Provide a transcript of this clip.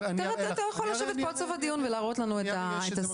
אתה יכול לשבת פה עד סוף הדיון ולהראות לנו את הסעיף.